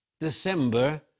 December